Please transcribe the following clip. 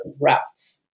routes